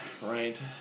Right